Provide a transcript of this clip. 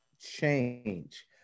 change